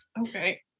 okay